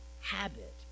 habit